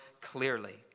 clearly